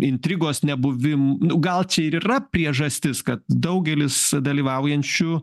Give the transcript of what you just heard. intrigos nebuvim gal čia ir yra priežastis kad daugelis dalyvaujančių